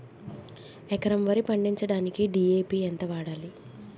ఎకరం వరి పండించటానికి డి.ఎ.పి ఎంత వాడాలి?